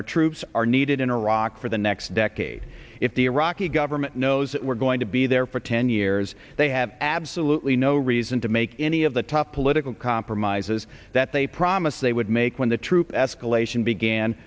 our troops are needed in iraq for the next decade if the iraqi government knows that we're going to be there for ten years they have absolutely no reason to make any of the tough political compromises that they promised they would make when the troop escalation began